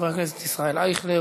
חבר הכנסת ישראל אייכלר.